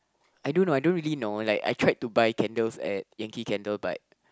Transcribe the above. I don't know I don't really know like I tried to buy candles at Yankee-Candle but